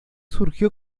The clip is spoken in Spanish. surgió